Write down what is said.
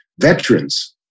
veterans